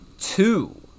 two